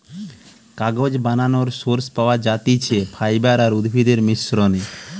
কাগজ বানানোর সোর্স পাওয়া যাতিছে ফাইবার আর উদ্ভিদের মিশ্রনে